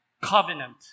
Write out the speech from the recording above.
covenant